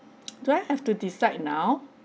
do I have to decide now